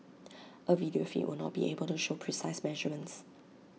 A video feed will not be able to show precise measurements